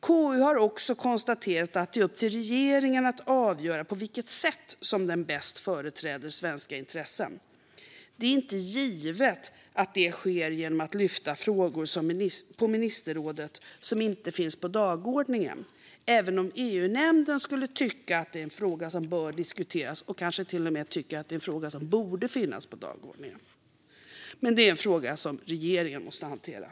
KU har också konstaterat att det är upp till regeringen att avgöra på vilket sätt den bäst företräder svenska intressen. Det är inte givet att det sker genom att lyfta upp frågor på ministerrådet som inte finns med på dagordningen, även om EU-nämnden skulle tycka att det är en fråga som bör diskuteras och kanske till och med borde finnas med på dagordningen. Det är en fråga som regeringen måste hantera.